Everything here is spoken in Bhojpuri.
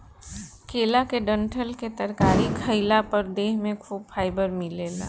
केला के डंठल के तरकारी खइला पर देह में खूब फाइबर मिलेला